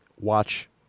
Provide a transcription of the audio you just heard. Watch